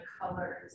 colors